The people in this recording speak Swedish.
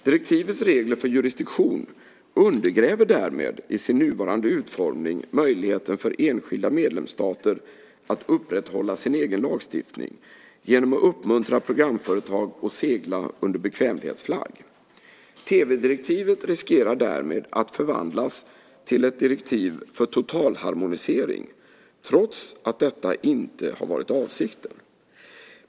Direktivets regler för jurisdiktion undergräver därmed i sin nuvarande utformning möjligheten för enskilda medlemsstater att upprätthålla sin egen lagstiftning genom att uppmuntra programföretag att segla under bekvämlighetsflagg. Tv-direktivet riskerar därmed att förvandlas till ett direktiv för totalharmonisering trots att detta inte har varit avsikten.